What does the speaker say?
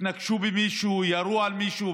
התנקשו במישהו, ירו על מישהו.